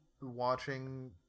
watching